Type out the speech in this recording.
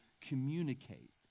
communicate